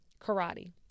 karate